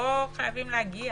לא חייבים להגיע